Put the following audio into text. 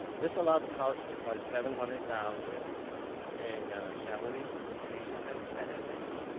this allowed the college to fund seven hundred thousand in salary increases and benefits,